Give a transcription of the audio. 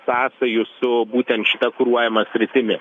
sąsajų su būtent šita kuruojama sritimi